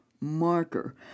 marker